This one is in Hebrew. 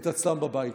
את עצמם בבית.